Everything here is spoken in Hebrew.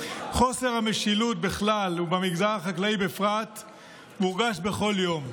חוסר המשילות בכלל ובמגזר חקלאי בפרט מורגש בכל יום.